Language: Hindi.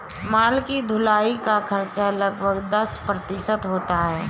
माल की ढुलाई का खर्च लगभग दस प्रतिशत होता है